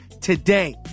today